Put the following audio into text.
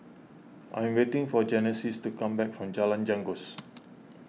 I am waiting for Genesis to come back from Jalan Janggus